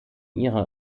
ihre